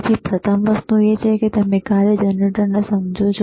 તેથી પ્રથમ વસ્તુ એ છે કે તમે કાર્ય જનરેટરને સમજો છો